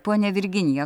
ponia virginija